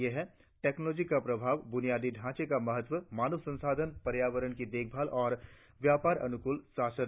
ये हैं टेक्नॉलॉजी का प्रभाव ब्रनियादी ढांचे का महत्व मानव संसाधन पर्यावरण की देखभाल और व्यापार अनुकूल शासन